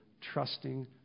trusting